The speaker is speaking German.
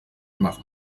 machen